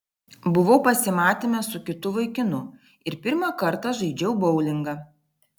buvau pasimatyme su kitu vaikinu ir pirmą kartą žaidžiau boulingą